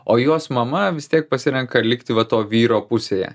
o jos mama vis tiek pasirenka likti va to vyro pusėje